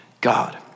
God